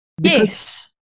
Yes